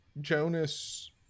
Jonas